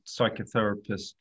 psychotherapist